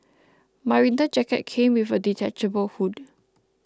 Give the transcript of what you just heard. my winter jacket came with a detachable hood